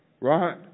Right